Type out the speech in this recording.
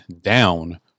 down